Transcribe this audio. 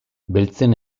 beltzen